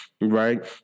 right